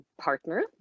partner